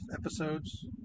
episodes